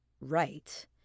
right